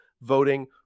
voting